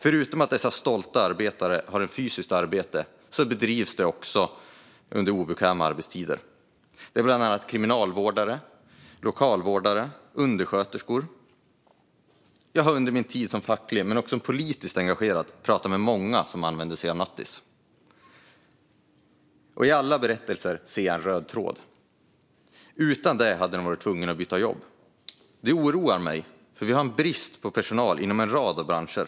Förutom att dessa stolta arbetare har ett fysiskt arbete bedrivs arbetet också på obekväma arbetstider. Det gäller bland andra kriminalvårdare, lokalvårdare och undersköterskor. Jag har under min tid som fackligt och politiskt engagerad pratat med många som använder sig av nattis. Och i alla berättelser finns en röd tråd, nämligen att de utan nattis hade varit tvungna att byta jobb. Det oroar mig eftersom vi har en brist på personal inom en rad branscher.